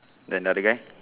then another guy